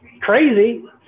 crazy